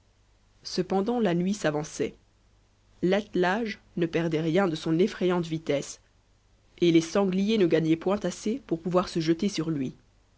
cependant la nuit s'avançait l'attelage ne perdait rien de son effrayante vitesse et les sangliers ne gagnaient point assez pour pouvoir se jeter sur lui